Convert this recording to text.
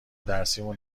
درسیمون